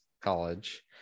College